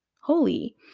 Holy